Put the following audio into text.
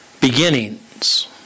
Beginnings